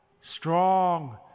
Strong